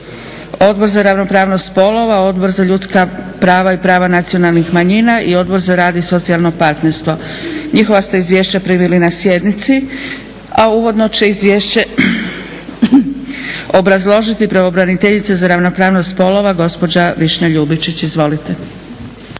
Odbor za ravnopravnost spolova, Odbor za ljudska prava i prava nacionalnih manjina i Odbor za rad i socijalno partnerstvo. Njihova ste izvješća primili na sjednici. Uvodno će izvješće obrazložiti pravobraniteljica za ravnopravnost spolova gospođa Višnja Ljubičić. Izvolite.